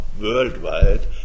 worldwide